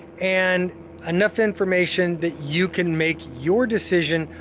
and enough information that you can make your decision,